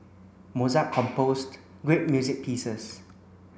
Mozart composed great music pieces